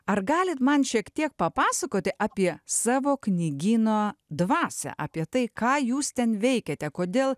ar galit man šiek tiek papasakoti apie savo knygyno dvasią apie tai ką jūs ten veikiate kodėl